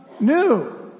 new